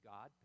God